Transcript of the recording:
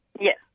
Yes